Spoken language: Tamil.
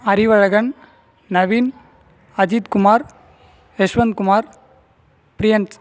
அறிவழகன் நவின் அஜித்குமார் யஸ்வந்த்குமார் பிரியன்த்